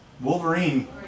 Wolverine